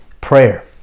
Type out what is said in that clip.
prayer